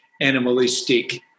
animalistic